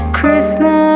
Christmas